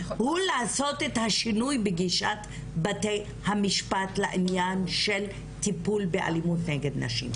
לעשות את השינוי בגישת בתי המשפט לעניין של טיפול באלימות נגד נשים.